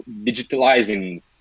digitalizing